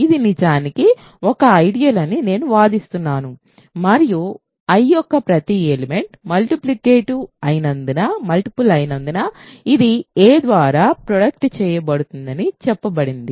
ఇది నిజానికి ఒక ఐడియల్ అని నేను వాదిస్తున్నాను మరియు I యొక్క ప్రతి ఎలిమెంట్ మల్టిపుల్ అయినందున ఇది a ద్వారా ప్రోడక్ట్ చేయబడుతుందని చెప్పబడింది